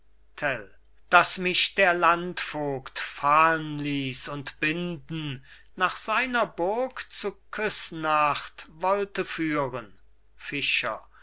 dass mich der landvogt fahen liess und binden nach seiner burg zu küssnacht wollte führen fischer